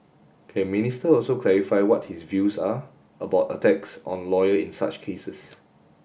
can Minister also clarify what his views are about attacks on lawyer in such cases